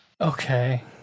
Okay